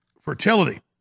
fertility